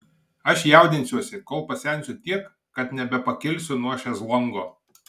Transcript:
aš jaudinsiuosi kol pasensiu tiek kad nebepakilsiu nuo šezlongo